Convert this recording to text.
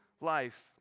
life